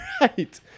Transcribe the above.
right